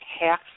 half